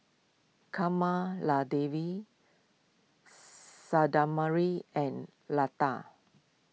Kamaladevi and Lata